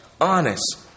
Honest